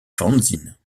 fanzines